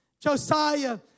Josiah